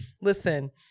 listen